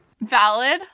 Valid